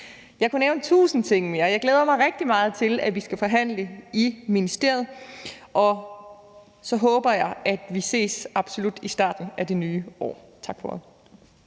Jeg kunne nævne tusind ting mere, og jeg glæder mig rigtig meget til, at vi skal forhandle i ministeriet, og så håber jeg absolut, at vi ses i starten af det nye år. Tak for ordet.